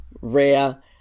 Rare